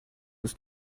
ist